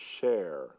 share